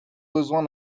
besoin